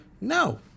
No